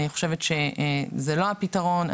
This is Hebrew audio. אני חושבת שזה לא הפתרון.